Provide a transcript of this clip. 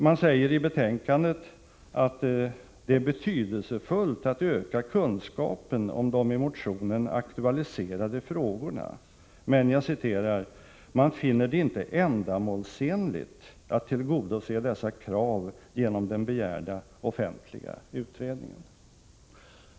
Man säger i betänkandet att det är betydelsefullt att öka kunskapen om de i motionen aktualiserade frågorna, men man ”finner det inte ändamålsenligt att tillgodose dessa krav genom den begärda offentliga utredningen”.